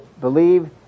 believe